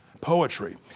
poetry